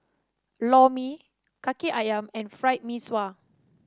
Lor Mee Kaki ayam and Fried Mee Sua